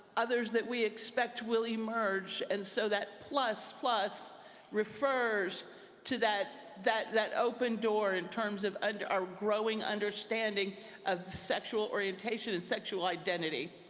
others that we expect will emerge, and so that plus plus refers to that that open door in terms of and our growing understanding of sexual orientation and sexual identity.